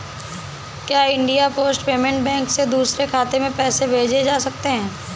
क्या India Post Payment Bank से दूसरे खाते में पैसे भेजे जा सकते हैं?